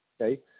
Okay